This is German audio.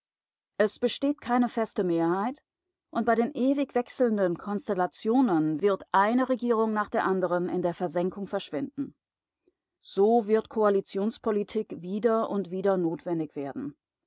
es besteht keine feste mehrheit und bei den ewig wechselnden konstellationen wird eine regierung nach der andern in der versenkung verschwinden so wird koalitionspolitik wieder und wieder notwendig werden